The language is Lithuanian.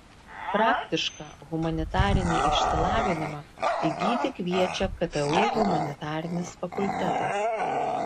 praktišką humanitarinį išsilavinimą įgyti kviečia ktu humanitarinis fakultetas